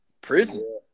prison